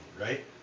Right